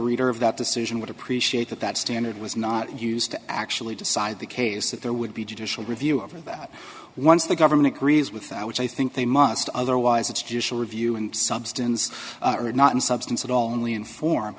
reader of that decision would appreciate that that standard was not used to actually decide the case that there would be judicial review about once the government agrees with that which i think they must otherwise it's just a review in substance or not in substance and only in form